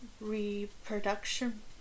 reproduction